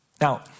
Now